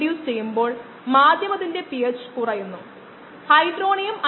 മൊഡ്യൂളിൽ നമ്മൾ എന്താണ് ചെയ്തതെന്ന് വളരെ ചുരുക്കത്തിൽ നോക്കാം